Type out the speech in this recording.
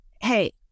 Hey